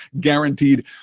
Guaranteed